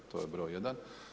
To je broj jedan.